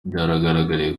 byagaragaye